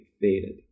faded